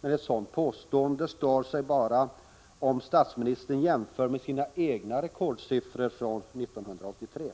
Men ett sådant påstående står sig enbart om statsministern jämför med sina egna rekordsiffror från 1983!